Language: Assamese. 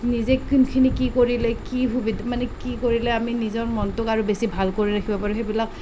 নিজে কোনখিনি কি কৰিলে কি সুবিধা মানে কি কৰিলে আমি নিজৰ মনটোক আৰু বেছি ভাল কৰি ৰাখিব পাৰোঁ সেইবিলাক